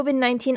COVID-19